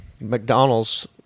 McDonald's